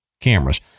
cameras